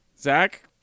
Zach